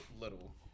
little